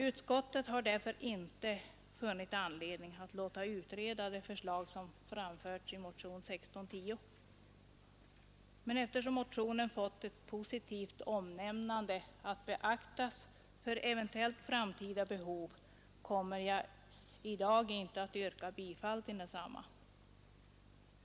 Utskottet har därför inte funnit anledning att låta utreda de förslag som framförts i motionen 1610. Men eftersom motionen fått ett positivt omnämnande att beaktas för eventuellt framtida behov kommer jag i dag inte att yrka bifall till densamma.